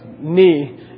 knee